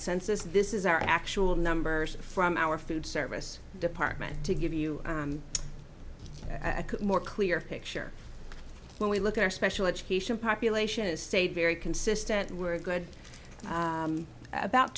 census this is our actual numbers from our food service department to give you a more clear picture when we look at our special education population is stayed very consistent were good about